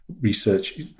research